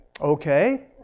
Okay